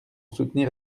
soutenir